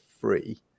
free